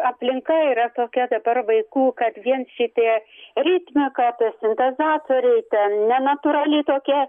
aplinka yra tokia dabar vaikų kad vien šitie ritmika tie sintezatoriai ten nenatūrali tokia